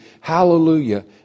Hallelujah